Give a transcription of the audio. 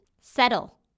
settle